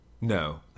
no